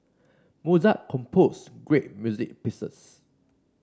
Mozart composed great music pieces